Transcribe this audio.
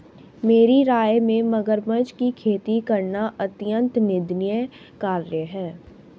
मेरी राय में मगरमच्छ की खेती करना अत्यंत निंदनीय कार्य है